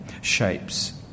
shapes